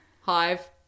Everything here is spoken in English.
hive